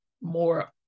more